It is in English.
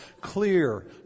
clear